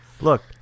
Look